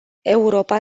europa